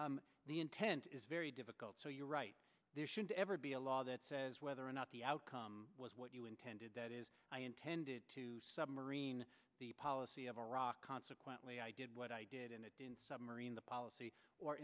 the intent is very difficult so you're right there should ever be a law that says whether or not the outcome was what you intended that is i intended to submarine the policy of iraq consequently i did what i did in a submarine the policy or